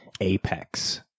apex